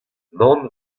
nann